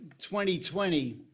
2020